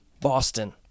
Boston